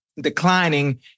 declining